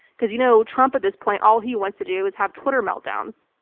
because, you know, trump at this point, all he wants to do is have twitter meltdowns.